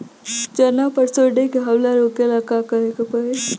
चना पर सुंडी के हमला रोके ला का करे के परी?